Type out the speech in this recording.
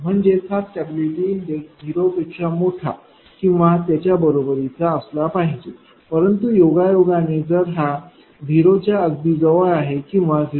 म्हणजेच हा stability index 0 पेक्षा मोठा किंवा त्याच्या बरोबरी चा असला पाहिजे परंतु योगायोगाने जर हा 0 च्या अगदी जवळ आहे किंवा 0